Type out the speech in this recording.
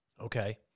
Okay